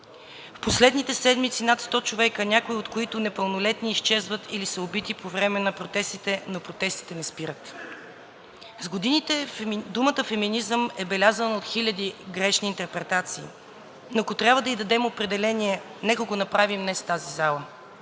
В последните седмици над 100 човека, някой от които са непълнолетни, изчезват или са убити по време на протестите, но протестите не спират. С годините думата феминизъм е белязана от хиляди грешни интерпретации, но ако трябва да ѝ дадем определение, нека да го направим днес в тази зала,